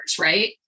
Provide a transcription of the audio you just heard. right